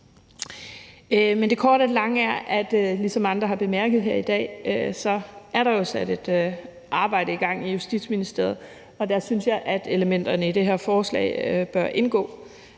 her i dag, at der jo er sat et arbejde i gang i Justitsministeriet, og der synes jeg at elementerne i det her forslag bør indgå,